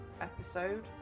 episode